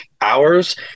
hours